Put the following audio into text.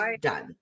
done